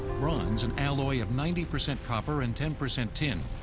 bronze, an alloy of ninety percent copper and ten percent tin,